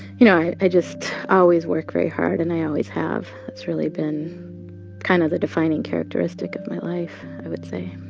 you know, i i just always work very hard, and i always have. that's really been kind of the defining characteristic of my life, i would say